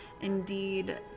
indeed